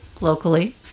locally